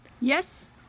Yes